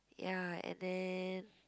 ya and then